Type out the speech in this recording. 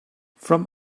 from